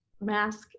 mask